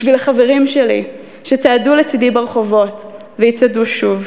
בשביל החברים שלי שצעדו לצדי ברחובות ויצעדו שוב,